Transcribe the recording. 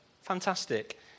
Fantastic